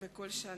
לשנה.